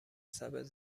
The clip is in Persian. سبد